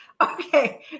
okay